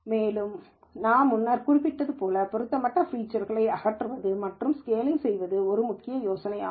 மேலும் நான் முன்னர் குறிப்பிட்டது பொருத்தமற்ற ஃபீச்சர்களை அகற்றுவது மற்றும் ஸ்கேலிங் ஒரு முக்கியமான யோசனையாகும்